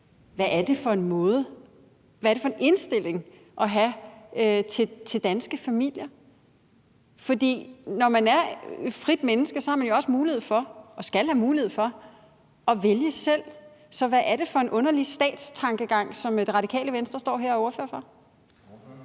Venstre ved bedre. Hvad er det for en indstilling at have til danske familier? Når man er et frit menneske, har man jo også mulighed for og skal have mulighed for at vælge selv, så hvad er det for en underlig statstankegang, som Radikale Venstre står her og er fortaler for?